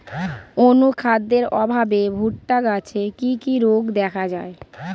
অনুখাদ্যের অভাবে ভুট্টা গাছে কি কি রোগ দেখা যায়?